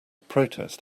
protest